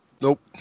Nope